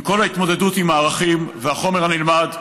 עם כל ההתמודדות עם הערכים והחומר הנלמד,